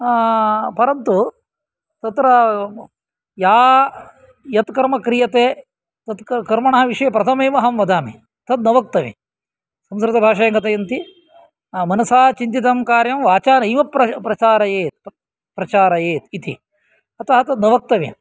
परन्तु तत्र या यत् कर्म क्रियते तत् कर्मणः विषये प्रथमेव अहं वदामि तत् न वक्तव्य्यं संस्कृतभाषायां कथयन्ति मनसा चिन्तितं कार्यं वाचा नैव प्रचारयेत् प्रचारयेत् इति अतः तत् न वक्तव्यं